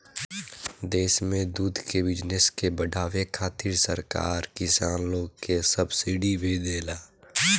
देश में दूध के बिजनस के बाढ़ावे खातिर सरकार किसान लोग के सब्सिडी भी देला